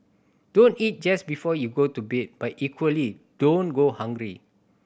don't eat just before you go to bed but equally don't go hungry